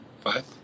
five